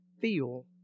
feel